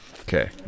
Okay